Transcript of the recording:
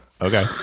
Okay